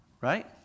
Right